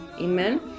Amen